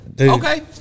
Okay